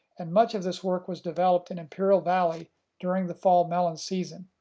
and much of this work was developed in imperial valley during the fall melon season.